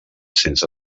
sense